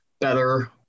better